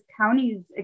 counties